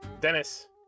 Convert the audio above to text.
Dennis